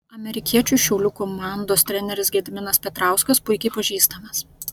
amerikiečiui šiaulių komandos treneris gediminas petrauskas puikiai pažįstamas